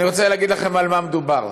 אני רוצה להגיד לכם על מה מדובר: